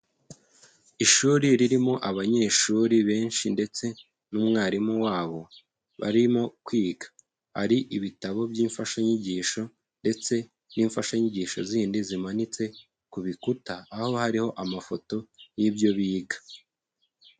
Ishuri ririmo abanyeshuri benshi ndetse n'umwarimu wabo barimo kwiga, hari ibitabo by'imfashanyigisho ndetse n'imfashanyigisho zindi zimanitse ku bikuta, aho hariho amafoto y'ibyo biga.